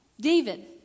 David